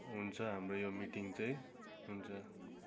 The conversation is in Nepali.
हुन्छ हाम्रो यो मिटिङ चाहिँ हुन्छ